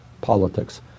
politics